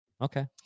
Okay